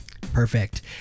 Perfect